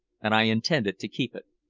and i intended to keep it.